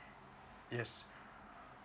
yes